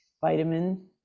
vitamin